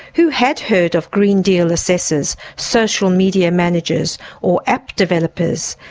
who had heard of green deal assessors, social media managers or app developers?